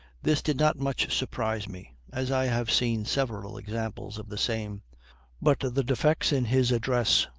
this did not much surprise me, as i have seen several examples of the same but the defects in his address,